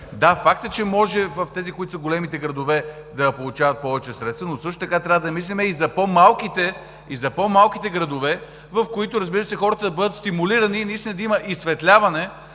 Да, факт е, че може тези, които са в големите градове, да получават повече средства, но също така трябва да мислим и за по-малките градове, в които, разбира се, хората да бъдат стимулирани и наистина да има изсветляване